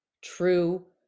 true